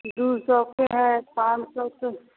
दू सएके हइ पाँच सएके